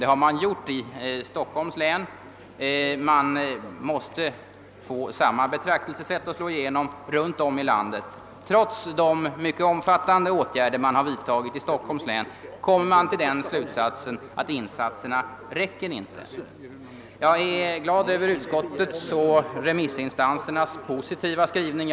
Det har man också gjort i Stockholms län. Samma betraktelsesätt bör slå igenom runtom i landet. Trots de mycket omfattande åtgärder som har vidtagits i Stockholms län kommer man dock till slutsatsen att insatserna inte räcker till. Jag är glad över utskottets och remissinstansernas positiva skrivning.